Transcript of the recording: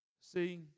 See